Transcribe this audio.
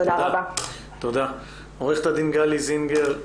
תודה ליושב-הראש על